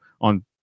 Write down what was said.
on